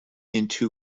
into